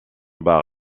bar